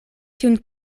tiun